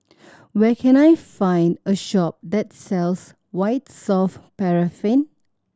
where can I find a shop that sells White Soft Paraffin